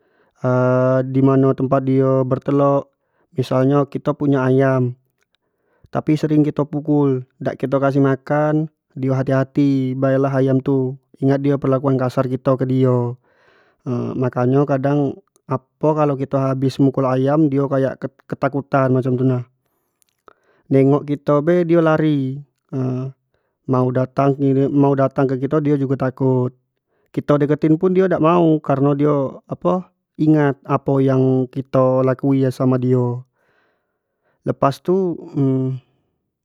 dimano tempat dio betelok, missal nyo kito punyo ayam tapi sering kito pukul dak kito kasih makan, dio hati-hati bae lah ayam tu ingat di perlakuan kasar kito ke dio mako nyo kadang apo kalo kito habis mukul ayam dio kayak, kayak ketakutan itu nah nengok kito be dio lah lari mau dating mau dating ke kito dio jugo takut, kito deketin pun dio dak mau kareno dio apo ingat apo yang kito lakui samo dio pas tu